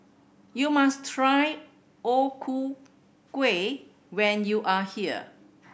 you must try O Ku Kueh when you are here